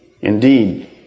indeed